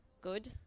Good